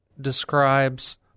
describes